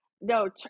no